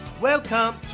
welcome